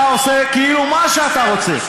אתה עושה כאילו מה שאתה רוצה.